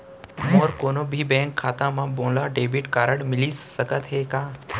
मोर कोनो भी बैंक खाता मा मोला डेबिट कारड मिलिस सकत हे का?